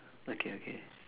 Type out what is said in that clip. okay okay